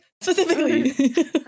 specifically